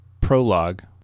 prologue